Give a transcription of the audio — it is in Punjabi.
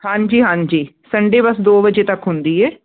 ਹਾਂਜੀ ਹਾਂਜੀ ਸੰਡੇ ਬਸ ਦੋ ਵਜੇ ਤੱਕ ਹੁੰਦੀ ਹੈ